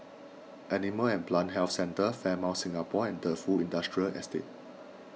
Animal and Plant Health Centre Fairmont Singapore and Defu Industrial Estate